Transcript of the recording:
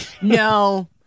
No